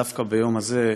דווקא ביום הזה,